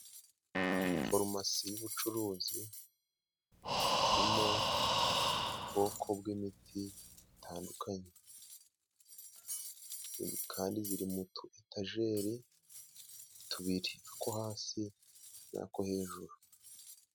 Farumasi y'ubucuruzi irimo ubwoko bw'imiti butandukanye, kandi iri mu tuyetajeri tubiri ako hasi n'ako hejuru.